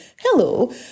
hello